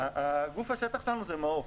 גוף השטח שלנו זה מעוף.